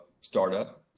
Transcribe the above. startup